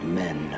men